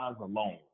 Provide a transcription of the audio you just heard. alone